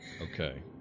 Okay